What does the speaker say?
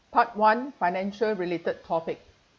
part one financial related topic